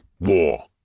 war